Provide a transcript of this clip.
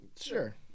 Sure